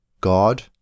God